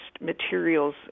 materials